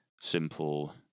simple